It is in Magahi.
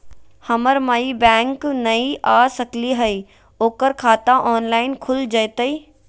हमर माई बैंक नई आ सकली हई, ओकर खाता ऑनलाइन खुल जयतई?